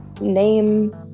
name